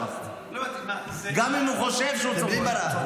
ברח -- זה בלי מראה,